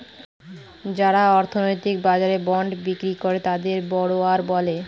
যারা অর্থনৈতিক বাজারে বন্ড বিক্রি করে তাকে বড়োয়ার বলে